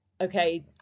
okay